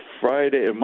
Friday